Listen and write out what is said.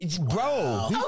bro